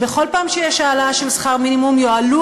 שבכל פעם שיש העלאה של שכר מינימום יועלו